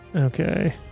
Okay